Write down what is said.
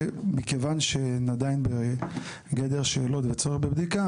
ומכיוון שהן עדיין בגדר שאלות וצורך בבדיקה,